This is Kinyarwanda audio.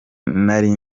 ntari